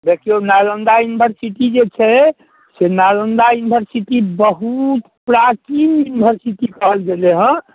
देखिऔ नालन्दा इन्भरसिटी जे छै से नालन्दा इन्भरसिटी बहुत प्राचीन इन्भरसिटी कहल गेलै हँ